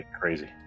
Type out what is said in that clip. crazy